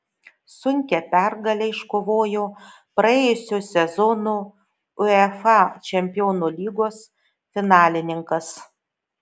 sunkią pergalę iškovojo praėjusio sezono uefa čempionų lygos finalininkas